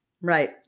Right